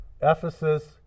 Ephesus